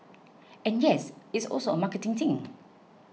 and yes it's also a marketing thing